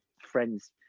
friend's